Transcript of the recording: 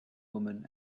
woman